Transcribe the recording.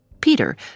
Peter